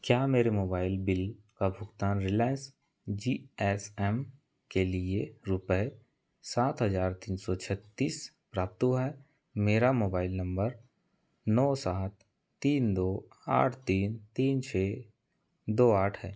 क्या मेरे mobile bill का भुगतान रिलाइंस जी एस एम के लिए रुपये सात हज़ार तीन सौ छत्तीस प्राप्त हुआ है मेरा मोबाइल नम्बर नौ सात तीन दो आठ तीन तीन छः दो आठ है